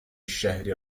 الشهر